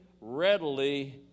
readily